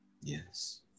Yes